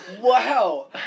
Wow